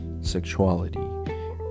sexuality